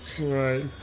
Right